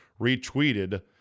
retweeted